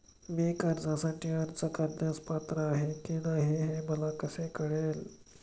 मी कर्जासाठी अर्ज करण्यास पात्र आहे की नाही हे मला कसे कळेल?